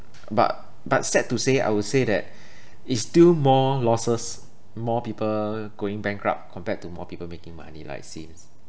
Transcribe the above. but but sad to say I would say that it's still more losses more people going bankrupt compared to more people making money lah it seems